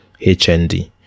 HND